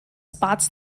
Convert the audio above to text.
spots